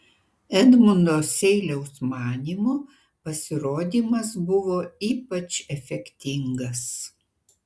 edmundo seiliaus manymu pasirodymas buvo ypač efektingas